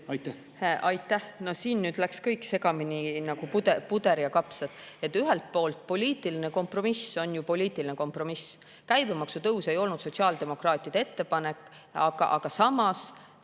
teete? Aitäh! Siin nüüd läks kõik segamini nagu puder ja kapsad. Ühelt poolt, poliitiline kompromiss on ju poliitiline kompromiss. Käibemaksu tõus ei olnud sotsiaaldemokraatide ettepanek, aga samas